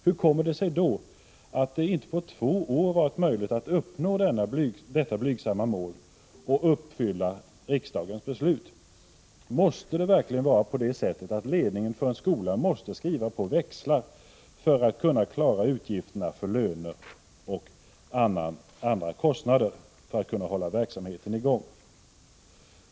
Hur kommer det sig då att det inte på två år varit möjligt att uppnå detta blygsamma mål och genomföra riksdagens beslut? Skall det verkligen behöva vara på det sättet att ledningen för en skola måste skriva på växlar för att kunna klara löner och andra kostnader och hålla verksamheten i gång?